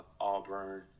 Auburn